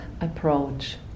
approach